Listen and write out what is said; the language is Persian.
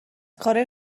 کارای